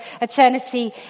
eternity